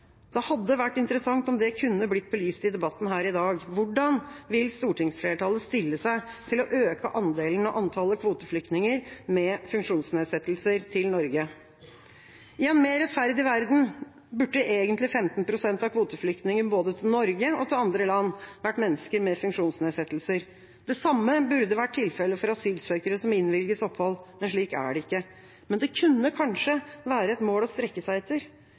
Det hadde vært interessant om det kunne blitt belyst i debatten her i dag. Hvordan vil stortingsflertallet stille seg til å øke andelen og antallet kvoteflyktninger med funksjonsnedsettelser til Norge? I en mer rettferdig verden burde egentlig 15 pst. av kvoteflyktningene både til Norge og til andre land vært mennesker med funksjonsnedsettelser. Det samme burde vært tilfelle for asylsøkere som innvilges opphold. Men slik er det ikke. Men det kunne kanskje være et mål å strekke seg etter